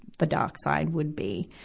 the dark side would be.